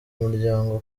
umuryango